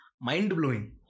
mind-blowing